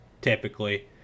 typically